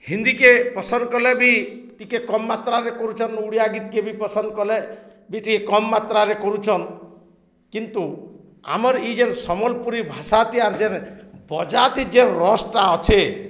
ହିନ୍ଦୀକେ ପସନ୍ଦ କଲେ ବି ଟିକେ କମ୍ ମାତ୍ରାରେ କରୁଛନ୍ ଓଡ଼ିଆ ଗୀତକେ ବି ପସନ୍ଦ କଲେ ବି ଟିକେ କମ୍ ମାତ୍ରାରେ କରୁଛନ୍ କିନ୍ତୁ ଆମର ଇ ଯେନ୍ ସମ୍ବଲପୁରୀ ଭାଷା ତିଆର୍ ଯେନ୍ ବଜାତି ଯେନ୍ ରସ୍ଟା ଅଛେ